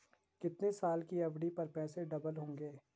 कितने साल की एफ.डी पर पैसे डबल होंगे?